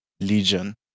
Legion